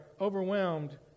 overwhelmed